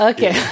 Okay